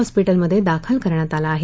हॉस्पीटलमध्ये दाखल करण्यात आलं आहे